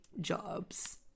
jobs